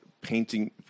painting